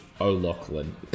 O'Loughlin